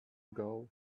ago